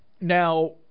Now